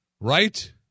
right